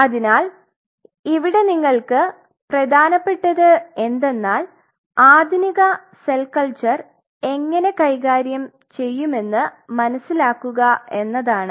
അതിനാൽ ഇവിടെ നിങ്ങൾക്ക് പ്രധാനപ്പെട്ടത് എന്തെന്നാൽ ആധുനിക സെൽ കൾച്ചർ എങ്ങനെ കൈകാര്യം ചെയ്യുമെന്ന് മനസിലാക്കുക എന്നതാണ്